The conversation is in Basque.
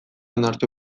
onartu